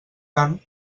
tant